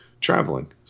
traveling